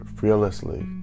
fearlessly